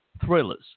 thrillers